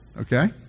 Okay